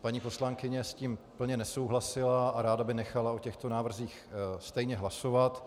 Paní poslankyně s tím úplně nesouhlasila a ráda by nechala o těchto návrzích stejně hlasovat.